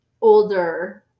older